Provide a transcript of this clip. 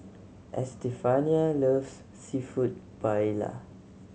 Estefania loves Seafood Paella